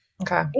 okay